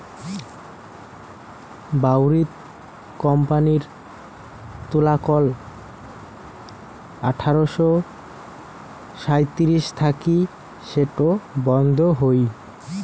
বাউরিথ কোম্পানির তুলাকল আঠারশো সাঁইত্রিশ থাকি সেটো বন্ধ হই